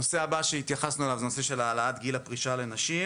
הנושא הבא שהתייחסנו אליו הוא העלאת גיל הפרישה לנשים.